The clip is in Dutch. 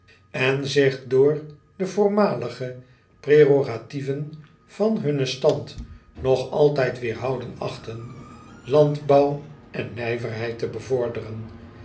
en zich door de voormalige prerogatieven van hunnen stand nog altijd weêrhouden achtten landbouw en nijverheid te bevorderen